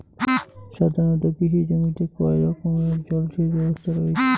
সাধারণত কৃষি জমিতে কয় রকমের জল সেচ ব্যবস্থা রয়েছে?